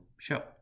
show